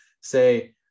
say